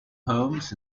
poems